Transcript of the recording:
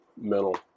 mental